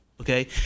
okay